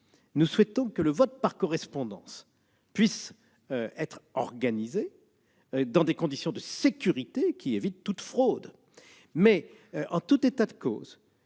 nous souhaitons que le vote par correspondance puisse être organisé dans des conditions de sécurité qui évitent toute fraude. En tout état de cause,